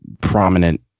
prominent